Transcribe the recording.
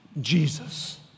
Jesus